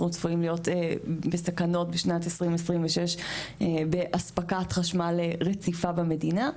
צפויים להיות בסכנות בשנת 2026 באספקת חשמל רציפה במדינה.